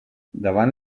davant